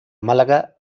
málaga